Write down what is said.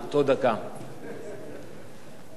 תודה, אדוני היושב-ראש.